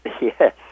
Yes